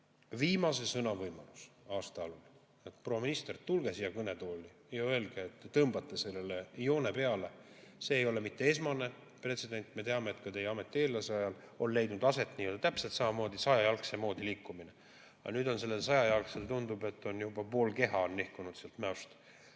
viimase sõna võimalus aasta algul. Proua minister, tulge siia kõnetooli ja öelge, et te tõmbate sellele joone peale. See ei ole mitte esmane pretsedent. Me teame, et ka teie ametieellase ajal on leidnud aset täpselt samasugune sajajalgse moodi liikumine. Aga nüüd on sellel sajajalgsel, nagu tundub, juba pool keha nihkunud sealt Mäost